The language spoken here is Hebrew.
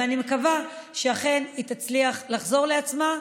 ואני מקווה שאכן היא תצליח לחזור לעצמה,